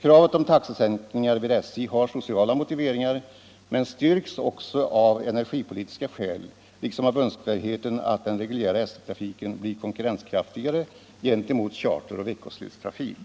Kravet på taxesänkningar vid SJ har sociala motiveringar men styrks också av energipolitiska skäl liksom av önskvärdheten att den reguljära SJ trafiken blir konkurrenskraftigare gentemot charteroch veckoslutstrafik.